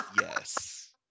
Yes